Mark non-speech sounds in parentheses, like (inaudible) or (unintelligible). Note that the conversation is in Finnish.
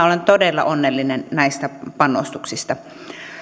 (unintelligible) olen todella onnellinen näistä panostuksista